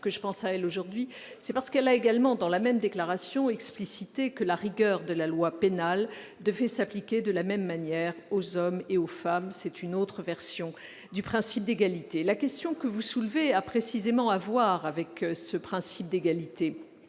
». Mais je pense plus précisément à elle parce qu'elle a également explicité dans cette même déclaration que la rigueur de la loi pénale devait s'appliquer de la même manière aux hommes et aux femmes ; c'est une autre version du principe d'égalité. Or la question que vous soulevez a précisément à voir avec ce principe d'égalité.